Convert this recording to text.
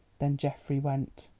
then geoffrey went.